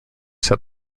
set